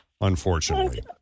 Unfortunately